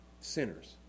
sinners